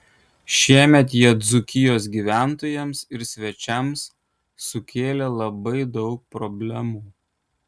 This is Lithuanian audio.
šiemet jie dzūkijos gyventojams ir svečiams sukėlė labai daug problemų